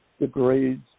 degrades